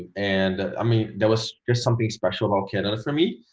and i mean there was just something special about canada for me.